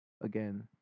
again